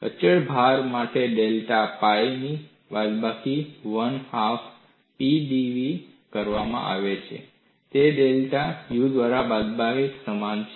અચળ ભાર માટે ડેલ્ટા pi ને બાદબાકી 1 હાફ Pdv તરીકે આપવામાં આવે છે તે ડેલ્ટા U ના બાદબાકી સમાન છે